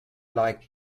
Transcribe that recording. like